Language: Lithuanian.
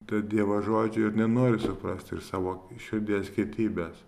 to dievo žodžio ir nenori suprasti ir savo širdies kietybės